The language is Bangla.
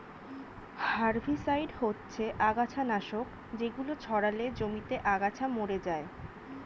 হারভিসাইড হচ্ছে আগাছানাশক যেগুলো ছড়ালে জমিতে আগাছা মরে যায়